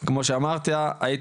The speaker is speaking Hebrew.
כמו שאתה אמרת כבר,